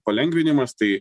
palengvinimas tai